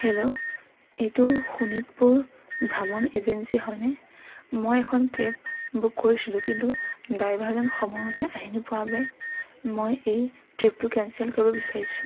hello এইটো শোণিতপুৰ ভ্ৰমণ agency হয়নে মই এখন কেব বুক কৰিছিলোঁ কিন্তু ড্ৰাইভাৰজন সময় মতে আহি নোপোৱাৰ বাবে মই এই ট্ৰিপটো কেঞ্চেল কৰিব বিচাৰিছোঁ